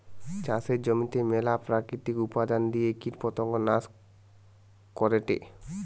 চাষের জমিতে মেলা প্রাকৃতিক উপাদন দিয়ে কীটপতঙ্গ নাশ করেটে